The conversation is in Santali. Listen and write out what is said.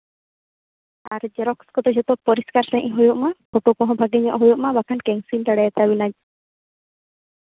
ᱟᱨ ᱡᱮᱨᱚᱠᱥ ᱠᱚᱫᱚ ᱡᱚᱛᱚ ᱯᱚᱨᱤᱥᱠᱟᱨ ᱥᱟᱹᱦᱤᱡ ᱦᱩᱭᱩᱜ ᱢᱟ ᱯᱷᱳᱴᱳ ᱠᱚᱦᱚᱸ ᱵᱷᱟᱹᱜᱤᱧᱚᱜ ᱦᱩᱭᱩᱜ ᱢᱟ ᱵᱟᱝᱠᱷᱟᱱ ᱠᱮᱱᱥᱮᱞ ᱫᱟᱲᱮ ᱟᱛᱟᱵᱮᱱᱟ